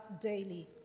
daily